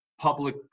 public